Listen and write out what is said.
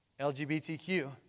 LGBTQ